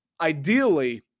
Ideally